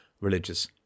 religious